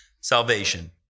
salvation